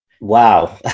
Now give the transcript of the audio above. Wow